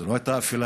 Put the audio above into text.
זו לא הייתה אפלה,